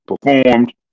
performed